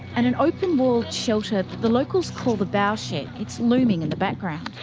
and an open-walled shelter the locals call the bough-shed, its looming in the background.